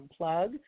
unplug